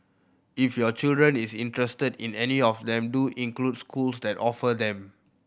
if your children is interested in any of them do include schools that offer them